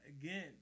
again